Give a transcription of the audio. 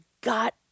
got